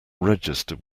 register